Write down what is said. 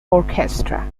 orchestra